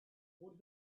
what